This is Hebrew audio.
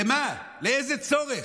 למה, לאיזה צורך?